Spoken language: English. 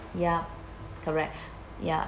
ya correct ya